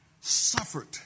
Suffered